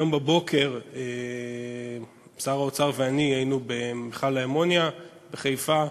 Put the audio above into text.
הבוקר שר האוצר ואני היינו במכל האמוניה בחיפה,